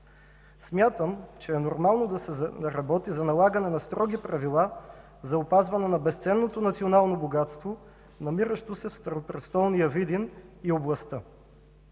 Смятам, че е нормално да се работи за налагането на строги правила за опазване на безценното национално богатство, намиращо се в старопрестолния Видин и областта.